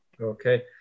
okay